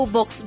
Box